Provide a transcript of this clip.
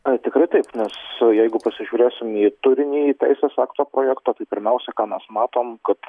ar tikrai taip nes jeigu pasižiūrėsim į turinį į teisės akto projekto tai pirmiausia mes matom kad